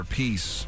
peace